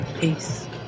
peace